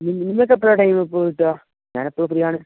നിങ്ങൾക്ക് എപ്പോളാണ് ടൈം ഇപ്പോൾ കിട്ടുക ഞാനെപ്പഴും ഫ്രീ ആണ്